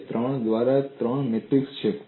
તે 3 દ્વારા 3 મેટ્રિક્સ છે